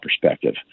perspective